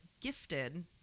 gifted